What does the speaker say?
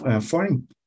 foreign